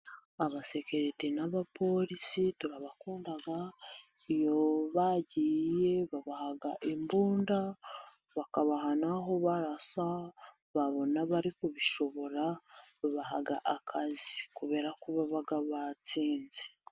Abasekerite n'abapolisi turabakunda, iyo bagiye, babaha imbunda, bakabaha n'aho barasa, babona bari kubishobora, babaha akazi kubera ko baba batsinze.